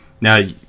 now